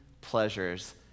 pleasures